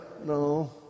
No